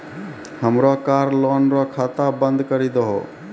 हमरो car loan रो खाता बंद करी दहो